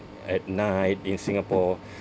at night in Singapore